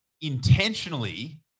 intentionally